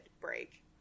break